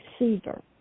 receiver